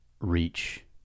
reach